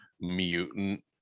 mutant